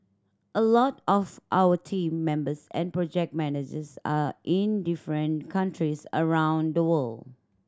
a lot of our team members and project managers are in different countries around the world